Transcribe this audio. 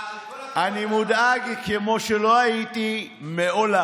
אני מודאג כמו שלא הייתי מעולם.